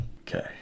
Okay